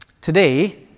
Today